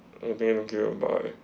okay thank you bye